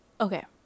Okay